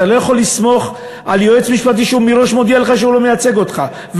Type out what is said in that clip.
אתה לא יכול לסמוך על יועץ משפטי שמראש מודיע לך שהוא לא מייצג אותך.